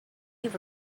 have